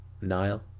Nile